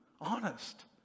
Honest